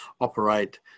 operate